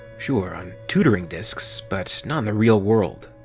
sure, on tutoring disks. but not in the real world.